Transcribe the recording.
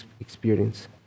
experience